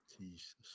jesus